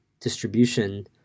distribution